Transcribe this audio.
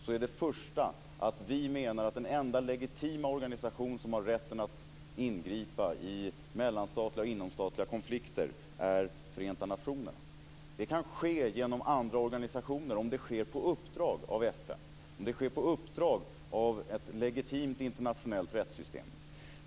För det första menar vi att den enda legitima organisation som har rätten att ingripa i mellanstatliga och inomstatliga konflikter är Förenta nationerna. Det kan ske genom andra organisationer, om det sker på uppdrag av FN, av ett legitimt internationellt rättssystem.